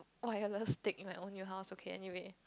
wireless stick in my own new house okay anyway